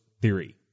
theory